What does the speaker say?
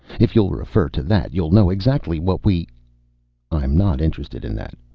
if you'll refer to that you'll know exactly what we i'm not interested in that.